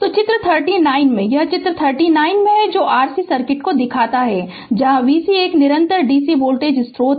Refer Slide Time 2646 तो चित्र 39 यह चित्र 39 में है जो RC सर्किट दिखाता है जहां Vs एक निरंतर dc वोल्टेज स्रोत है